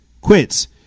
quits